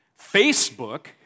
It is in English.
Facebook